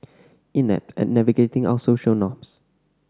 inept at navigating our social norms